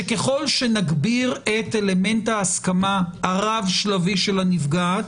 שככל שנגביר את אלמנט ההסכמה הרב-שלבי של הנפגעת,